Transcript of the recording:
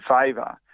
favour